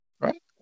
Right